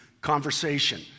conversation